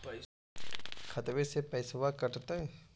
खतबे से पैसबा कटतय?